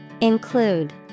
Include